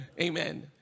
Amen